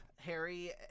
Harry